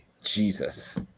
Jesus